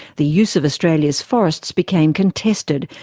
the use of australia's forests became contested,